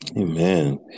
Amen